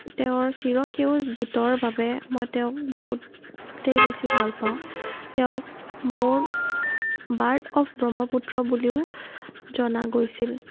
তেওঁৰ চিৰসেউজ গীতৰ বাবে মই তেওঁক বহুতেই বেছি ভাল পাওঁ তেওঁক বৰ্ড বাৰ্ড অফ ব্ৰহ্মপুত্ৰ বুলিও জনা গৈছিল